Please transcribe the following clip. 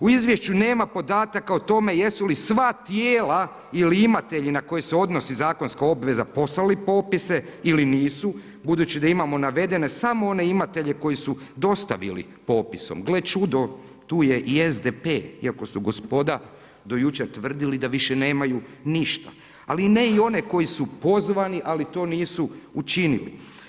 U izvješću nema podataka o tome jesu li sva tijela ili imatelji na koje se odnosi zakonska obveza poslali popise ili nisu, budući da imamo navedene samo one imatelje koji su dostavili popisom, gle čudo tu je i SDP, iako su gospoda do jučer tvrdili da više nemaju ništa, ali ne i one koji su pozvani, ali to nisu učinili.